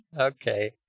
okay